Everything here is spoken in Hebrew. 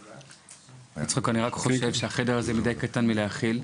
בלי צחוק, החדר הזה קטן מדי מלהכיל.